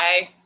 Bye